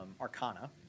Arcana